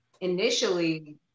Initially